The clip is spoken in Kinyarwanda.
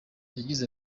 yagize